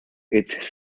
its